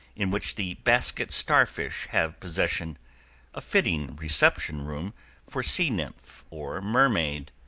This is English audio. in which the basket starfish have possession a fitting reception room for sea nymph or mermaid.